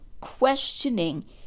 questioning